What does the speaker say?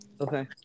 Okay